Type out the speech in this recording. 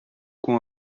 com